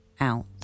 out